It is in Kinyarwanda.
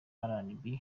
rnb